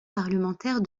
parlementaire